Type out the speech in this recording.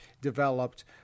developed